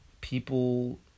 people